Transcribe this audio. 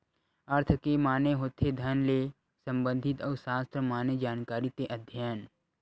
अर्थ के माने होथे धन ले संबंधित अउ सास्त्र माने जानकारी ते अध्ययन